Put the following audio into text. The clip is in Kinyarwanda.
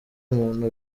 muntu